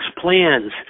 plans